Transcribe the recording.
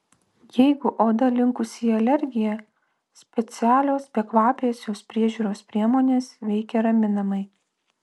jeigu oda linkusi į alergiją specialios bekvapės jos priežiūros priemonės veikia raminamai